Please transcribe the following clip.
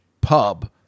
pub